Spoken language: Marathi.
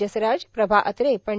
जसराज प्रभा अत्रे पं